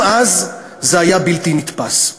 גם אז זה היה בלתי נתפס.